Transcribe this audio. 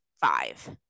five